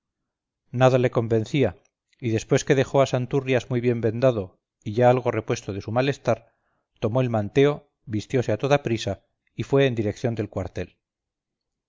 nada le convencía y después que dejó a santurrias muy bien vendado y ya algo repuesto de su malestar tomó el manteo vistiose a toda prisa y fue en dirección del cuartel